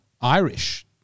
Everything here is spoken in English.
Irish